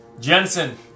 Jensen